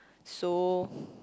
so